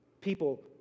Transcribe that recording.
people